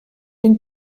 den